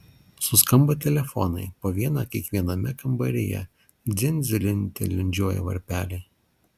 suskamba telefonai po vieną kiekviename kambaryje dzin dzilin tilindžiuoja varpeliai